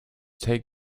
take